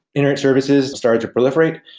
internet services started to proliferate,